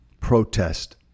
protest